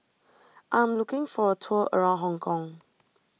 I am looking for a tour around Hong Kong